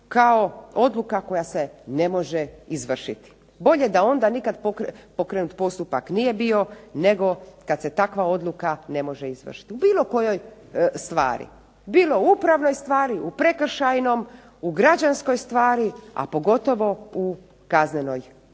kao odluka koja se ne može izvršiti. Bolje da onda nikad pokrenut postupak nije bio nego kad se takva odluka ne može izvršiti. U bilo kojoj stvari. Bilo u upravnoj stvari, u prekršajnom, u građanskoj stvari, a pogotovo u kaznenoj stvari.